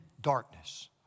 darkness